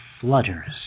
flutters